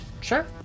Sure